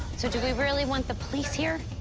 so do we really want the police here?